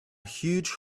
huge